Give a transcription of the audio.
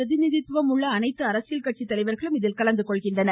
பிரதிநிதித்துவம் உள்ள அனைத்து அரசியல் நாடாளுமன்றத்தில் கட்சித்தலைவர்களும் இதில் கலந்துகொள்கின்றனர்